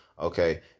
okay